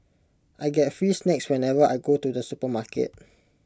I get free snacks whenever I go to the supermarket